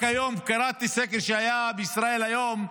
רק היום קראתי סקר שהיה בישראל היום,